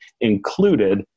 included